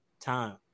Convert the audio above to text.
Time